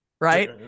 right